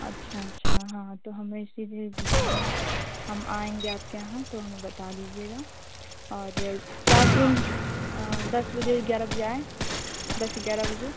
अच्छा अच्छा हाँ तो हमें इसीलिए जाना है हम आएँगे आपके यहाँ तो हमें बता दीजिएगा और क्लासरूम दस बजे ग्यारह बजे आएँ दस से ग्यारह बजे